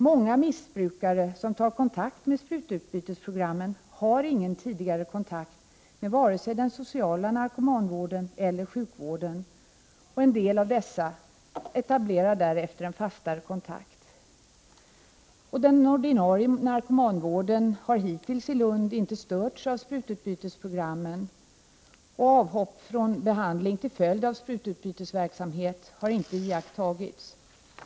Många missbrukare som tar kontakt med sprututbytesprogrammen har ingen tidigare kontakt med vare sig den sociala narkomanvården eller sjukvården. En del av dessa etablerar därefter en fastare kontakt. Den ordinarie narkomanvården i Lund har hittills inte störts av sprututbytesprogrammen. Avhopp från behandling till följd av sprututbytesverksamheten har inte iakttagits.